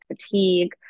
fatigue